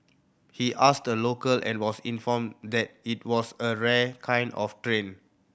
he asked a local and was informed that it was a rare kind of train